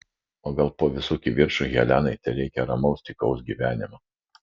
o gal po visų kivirčų helenai tereikia ramaus tykaus gyvenimo